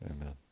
Amen